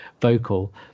vocal